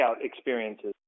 experiences